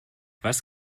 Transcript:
was